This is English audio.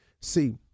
See